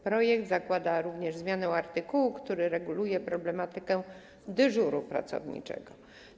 Projekt zakłada również zmianę artykułu, który reguluje problematykę dyżuru pracowniczego.